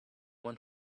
one